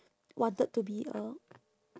wanted to be a